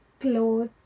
clothes